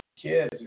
Kids